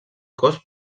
cos